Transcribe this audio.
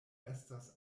estas